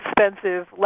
expensive